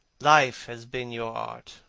life has been your art.